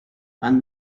and